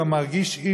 ולא מרגיש,